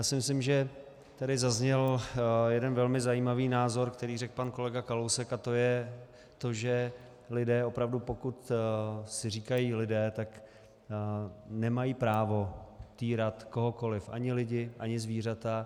Myslím si, že tady zazněl jeden velmi zajímavý názor, který řekl pan kolega Kalousek, a to je to, že lidé opravdu, pokud si říkají lidé, tak nemají právo týrat kohokoli, ani lidi, ani zvířata.